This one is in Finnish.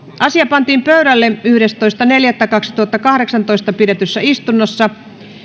asia pantiin pöydälle yhdestoista neljättä kaksituhattakahdeksantoista pidetyssä istunnossa